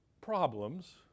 problems